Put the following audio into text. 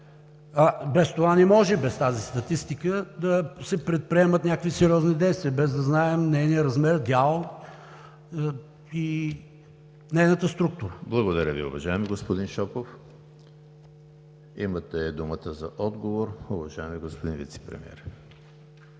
Без това не може – без тази статистика, да се предприемат някакви сериозни действия, без да знаем нейния размер, дял и нейната структура. ПРЕДСЕДАТЕЛ ЕМИЛ ХРИСТОВ: Благодаря Ви, уважаеми господин Шопов. Имате думата за отговор, уважаеми господин Вицепремиер.